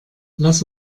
lass